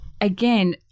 again